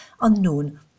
unknown